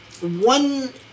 one